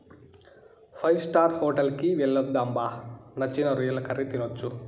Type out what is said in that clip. five star hotel కి వెళ్దాం బా నచ్చిన రొయ్యల కర్రీ తినొచ్చు